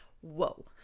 whoa